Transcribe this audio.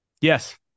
Yes